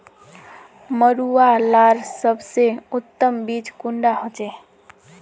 मरुआ लार सबसे उत्तम बीज कुंडा होचए?